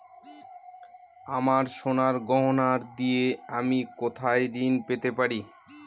আমার সোনার গয়নার দিয়ে আমি কোথায় ঋণ পেতে পারি?